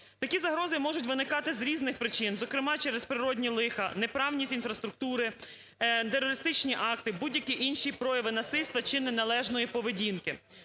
Такі загрози можуть виникати з різних причин, зокрема через природні лиха, невправність інфраструктури, терористичні акти, будь-які інші прояви насильства чи неналежної поведінки.